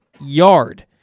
yard